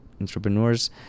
entrepreneurs